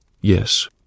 Yes